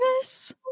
service